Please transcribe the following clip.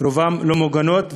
רובן לא ממוגנות,